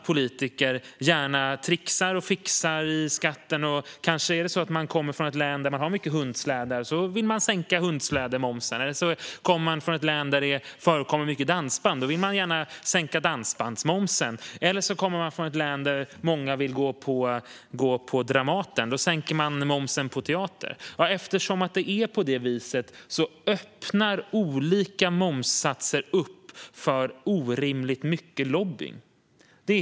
Politiker trixar och fixar gärna i skatten. Om man kommer från ett län där det finns många hundslädar. Då vill man kanske sänka hundslädemomsen. Kommer man från ett län där det finns många dansband vill man gärna sänka dansbandsmomsen. Man kommer kanske från ett län där många vill gå på Dramaten. Då sänker man momsen på teater. Eftersom det är så här öppnar olika momssatser upp för orimligt mycket lobbning.